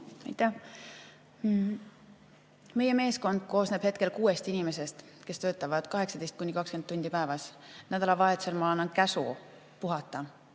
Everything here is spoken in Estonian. Aitäh! Meie meeskond koosneb hetkel kuuest inimesest, kes töötavad 18–20 tundi päevas. Nädalavahetustel ma annan käsu puhata.